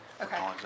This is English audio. Okay